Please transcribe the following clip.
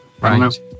Right